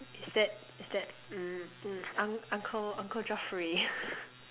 is that is that mm uncle uncle Geoffrey